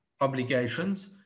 obligations